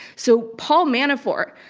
so, paul manafort,